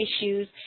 issues